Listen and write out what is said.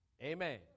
Amen